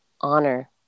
honor